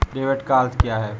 Debit का अर्थ क्या है?